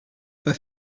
pas